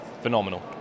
phenomenal